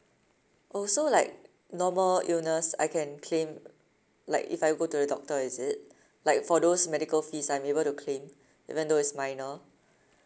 oh so like normal illness I can claim like if I go to the doctor is it like for those medical fees I'm able to claim even though it's minor